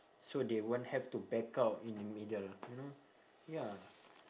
so they won't have to back out in the middle you know ya